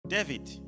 David